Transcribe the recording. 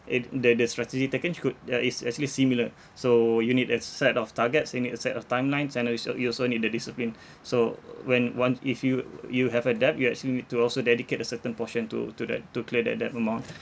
it the the strategy taken could uh is actually similar so you need a set of targets you need a set of timelines and then you so you also need the discipline so when once if you you have a debt you actually need to also dedicate a certain portion to to that to clear that debt amount